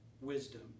wisdom